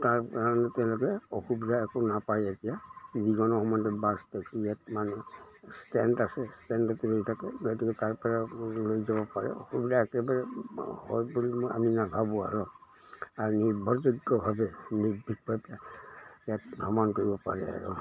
তাৰ কাৰণে তেওঁলোকে অসুবিধা একো নাপায় এতিয়া যিকোনো সময়তে বাছ টেক্সি ইয়াত মানে ষ্টেণ্ড আছে ষ্টেণ্ডতে ৰৈ থাকে গতিকে তাৰ পৰা লৈ যাব পাৰে অসুবিধা একেবাৰে হয় বুলি আমি নাভাবোঁ আৰু আৰু নিৰ্ভৰযোগ্যভাৱে নিৰ্ভীক ইয়াত ভ্ৰমণ কৰিব পাৰে আৰু